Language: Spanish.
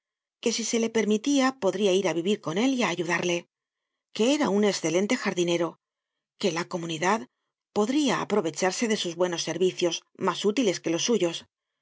que si se le permitia podria ir á vivir con él y á ayudarle que era un escelente jardinero que la comunidad podria aprovecharse de sus buenos servicios mas útiles que los suyos